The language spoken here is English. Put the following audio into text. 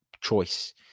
choice